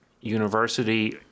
university